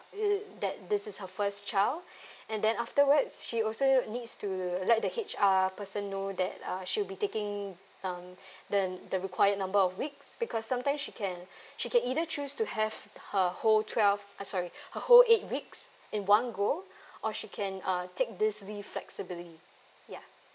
the that this is her first child and then afterwards she also needs to let the H_R person know that uh she'll be taking um the the required number of weeks because sometime she can she can either choose to have her whole twelve uh sorry her whole eight weeks in one go or she can uh take this leave flexibly yeah